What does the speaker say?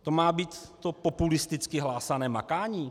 To má být to populisticky hlásané makání?